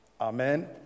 Amen